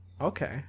Okay